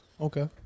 Okay